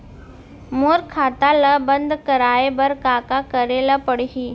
मोर खाता ल बन्द कराये बर का का करे ल पड़ही?